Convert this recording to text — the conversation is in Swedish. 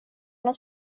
honom